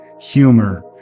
humor